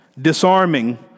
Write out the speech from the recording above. Disarming